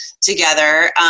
together